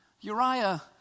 Uriah